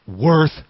worth